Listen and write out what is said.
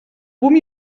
boom